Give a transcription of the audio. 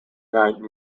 night